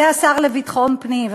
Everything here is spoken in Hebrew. זה השר לביטחון פנים.